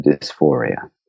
dysphoria